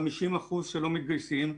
50% שלא מתגייסים,